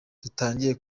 dutangiye